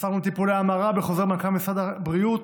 אסרנו טיפולי המרה בחוזר מנכ"ל משרד הבריאות,